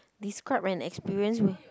describe an experience where